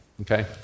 okay